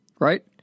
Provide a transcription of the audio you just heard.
Right